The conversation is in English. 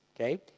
Okay